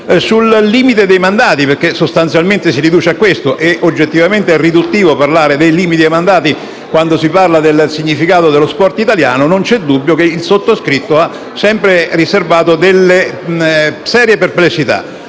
il limite dei mandati - sostanzialmente ci si riduce a questo - è oggettivamente riduttivo parlare di esso quando si parla del significato dello sport italiano. Non vi è dubbio che il sottoscritto abbia sempre riservato delle serie perplessità